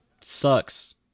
sucks